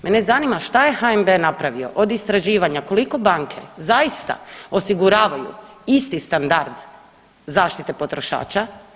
Mene zanima šta je HNB napravio od istraživanja koliko banke zaista osiguravaju isti standard zaštite potrošača?